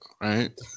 Right